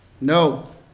no